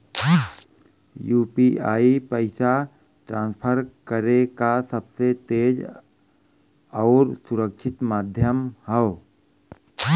UPI पइसा transfer करे क सबसे तेज आउर सुरक्षित माध्यम हौ